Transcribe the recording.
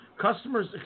customers